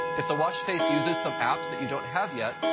if the watch face uses some apps that you don't have yet,